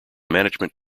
management